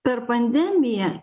per pandemiją